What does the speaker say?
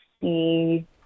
see